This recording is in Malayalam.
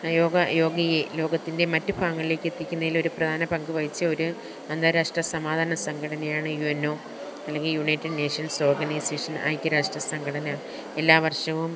യോഗ യോഗയെ ലോകത്തിന്റെ മറ്റ് ഭാഗങ്ങളിലേക്ക് എത്തിക്കുന്നതിൽ ഒരു പ്രധാന പങ്ക് വഹിച്ച ഒര് അന്താരാഷ്ട്ര സമാധാന സംഘടനയാണ് യു എൻ ഒ അല്ലെങ്കിൽ യുണൈറ്റഡ് നേഷന്സ് ഓര്ഗനൈസേഷന് ഐക്യരാഷ്ട്ര സംഘടന എല്ലാ വര്ഷവും